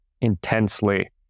intensely